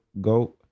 go